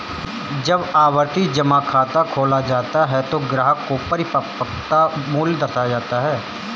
जब आवर्ती जमा खाता खोला जाता है तो ग्राहक को परिपक्वता मूल्य दर्शाया जाता है